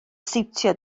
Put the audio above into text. siwtio